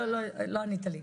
לא ענית לי.